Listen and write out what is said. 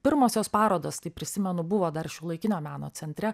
pirmosios parodos tai prisimenu buvo dar šiuolaikinio meno centre